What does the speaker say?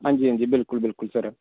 अंजी अंजी बिलकुल बिलकुल सर